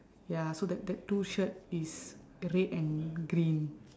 ya so that that two shirt is red and green